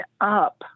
up